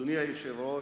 אדוני היושב-ראש,